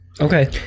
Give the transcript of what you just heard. Okay